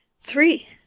Three